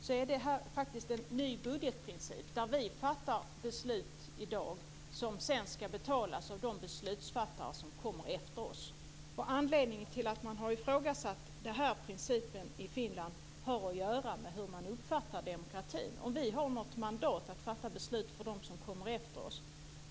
Det är faktiskt en ny budgetprincip. Vi fattar beslut i dag som sedan ska betalas av de beslutsfattare som kommer efter oss. Anledningen till att man har ifrågasatt den här principen i Finland har att göra med hur man uppfattar demokratin. Har vi något mandat att fatta beslut för dem som kommer efter oss?